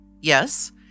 yes